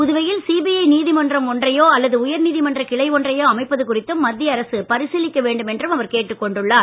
புதுவையில் சிபிஐ நீதிமன்றம் ஒன்றையோ அல்லது உயர்நீதிமன்ற கிளை ஒன்றையோ அமைப்பது குறித்தும் மத்திய அரசு பரிசீலிக்க வேண்டும் என்றும் அவர் கேட்டுக் கொண்டுள்ளார்